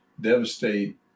devastate